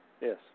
Yes